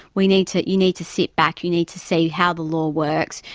we need to, you need to sit back, you need to see how the law works,